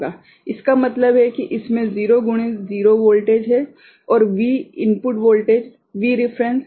इसका मतलब यह है कि इसमें 0 गुणित 0 वोल्टेज है और V इनपुट वोल्टेज Vref भागित 16 है